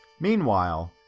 meanwhile,